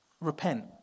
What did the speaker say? Repent